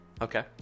Okay